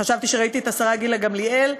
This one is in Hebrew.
חשבתי שראיתי את השרה גילה גמליאל,